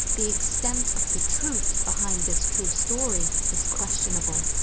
the extent of the truth behind this true story is questionable,